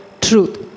truth